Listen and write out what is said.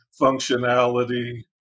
functionality